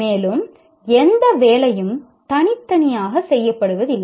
மேலும் எந்த வேலையும் தனித்தனியாக செய்யப்படுவதில்லை